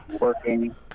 working